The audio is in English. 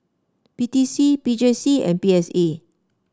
P T C P J C and P S A